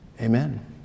Amen